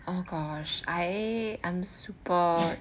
oh gosh I am super